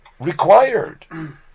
required